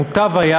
מוטב היה